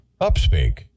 Upspeak